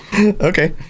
Okay